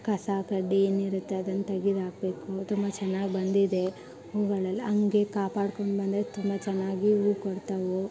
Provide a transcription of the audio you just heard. ಕಸ ಕಡ್ಡಿ ಏನಿರುತ್ತೆ ಅದನ್ನು ತೆಗೆದಾಕ್ಬೇಕು ತುಂಬ ಚೆನ್ನಾಗ್ ಬಂದಿದೆ ಹೂವುಗಳೆಲ್ಲ ಹಾಗೆ ಕಾಪಾಡ್ಕೊಂಡು ಬಂದರೆ ತುಂಬ ಚೆನ್ನಾಗಿ ಹೂವು ಕೊಡ್ತಾವೆ